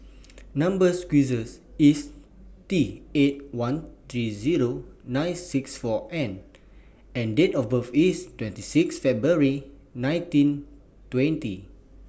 Number sequence IS T eight one three Zero nine six four N and Date of birth IS twenty six February nineteen twenty